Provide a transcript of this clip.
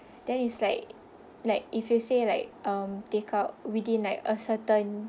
then is like like if you say like um take out within like a certain